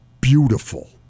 beautiful